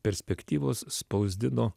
perspektyvos spausdino